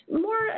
More